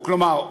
כלומר,